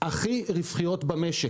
הכי רווחיות במשק.